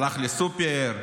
הלך לסופר,